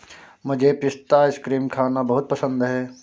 मुझे पिस्ता आइसक्रीम खाना बहुत पसंद है